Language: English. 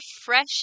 fresh